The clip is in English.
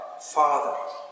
Father